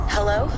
Hello